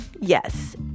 Yes